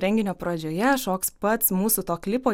renginio pradžioje šoks pats mūsų to klipo